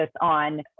on